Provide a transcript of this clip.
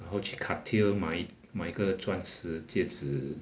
让后去 cartier 买买一个钻石戒指